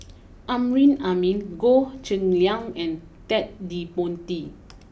Amrin Amin Goh Cheng Liang and Ted De Ponti